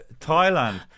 Thailand